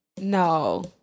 No